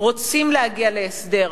רוצים להגיע להסדר,